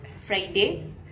Friday